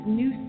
new